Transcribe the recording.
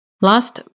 Last